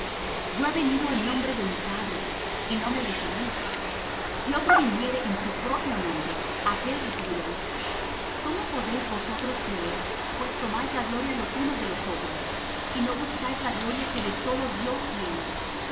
yo he venido en nombre de mi padre y no me recibís si otro viniere en su propio nombre á aquél recibiréis cómo podéis vosotros creer pues tomáis la gloria los unos de los otros y no buscáis la gloria que de sólo dios viene